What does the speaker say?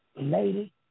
lady